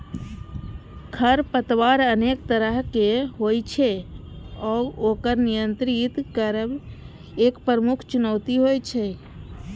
खरपतवार अनेक तरहक होइ छै आ ओकर नियंत्रित करब एक प्रमुख चुनौती होइ छै